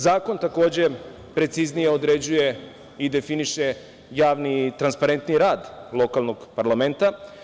Zakon, takođe, preciznije određuje i definiše javniji i transparentniji rad lokalnog parlamenta.